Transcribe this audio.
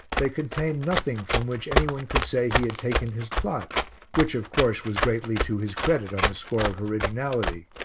they contained nothing from which any one could say he had taken his plot which, of course, was greatly to his credit on the score of originality,